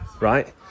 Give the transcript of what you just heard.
right